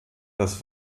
das